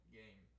game